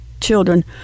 children